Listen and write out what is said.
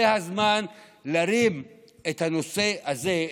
זה הזמן להרים את הנושא הזה,